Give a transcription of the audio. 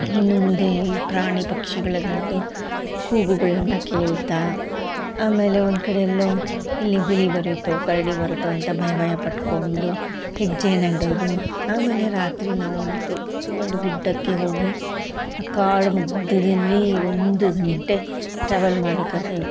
ಇನ್ನು ಮುಂದೆ ಈ ಪ್ರಾಣಿ ಪಕ್ಷಿಗಳದ್ದು ಕೂಗುಗಳನ್ನ ಕೇಳ್ತಾ ಆಮೇಲೆ ಒಂದ್ಕಡೆ ಎಲ್ಲೋ ಇಲ್ಲಿ ಹುಲಿ ಬರತ್ತೋ ಕರಡಿ ಬರತ್ತೋ ಅಂತ ಭಯ ಭಯ ಪಟ್ಕೊಂಡು ಹೆಜ್ಜೇನ ಇಡೋದು ಆಮೇಲೆ ರಾತ್ರಿ ನಾವೊಂದು ದೊಡ್ಡ ಒಂದು ಗುಡ್ಡಕ್ಕೆ ಹೋಗಿ ಆ ಕಾಡು ಮಧ್ಯದಲ್ಲಿ ಒಂದು ಗಂಟೆ ಟ್ರಾವೆಲ್ ಮಾಡ್ಬೇಕಾದರೆ